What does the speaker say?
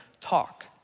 talk